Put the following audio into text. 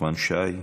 נחמן שי,